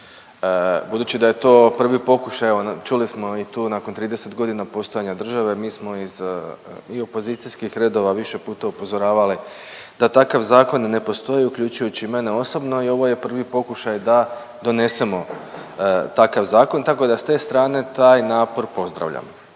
Budući da je to prvi pokušaj, evo čuli smo i tu nakon 30.g. postojanja države, mi smo iz i opozicijskih redova više puta upozoravali da takav zakon ne postoji uključujući i mene osobno i ovo je prvi pokušaj da donesemo takav zakon, tako da s te strane taj napor pozdravljam.